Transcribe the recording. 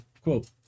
Quote